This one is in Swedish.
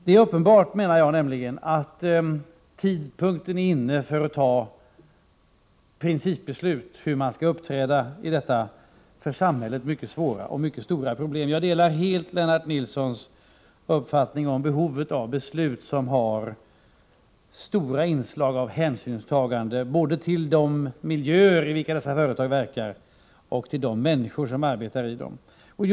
Jag anser nämligen att det är uppenbart att tidpunkten är inne för att fatta principbeslut om hur man skall uppträda för att lösa detta för samhället mycket svåra problem. Jag delar helt Lennart Nilssons uppfattning om behovet av beslut som har stora inslag av hänsynstagande, både till de miljöer i vilka företag verkar och till de människor som arbetar i företagen.